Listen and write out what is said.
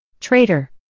Traitor